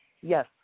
yes